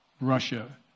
russia